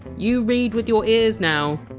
you read with your ears now.